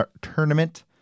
tournament